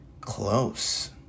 close